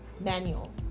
manual